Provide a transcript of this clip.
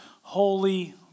holy